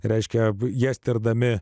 reiškia jas tirdami